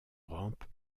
rampe